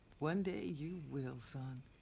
one day you will, son.